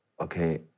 okay